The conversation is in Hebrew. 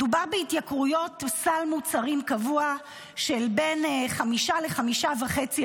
מדובר בהתייקרויות סל מוצרים קבוע של בין 5% ל-5.5%,